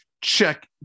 check